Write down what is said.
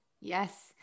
Yes